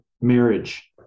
marriage